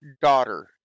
daughter